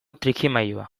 trikimailua